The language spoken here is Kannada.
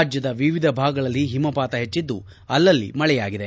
ರಾಜ್ಯದ ವಿವಿಧ ಭಾಗದಲ್ಲಿ ಹಿಮಪಾತ ಹೆಚ್ಚದ್ದು ಅಲ್ಲಲ್ಲಿ ಮಳೆಯಾಗಿದೆ